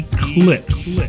Eclipse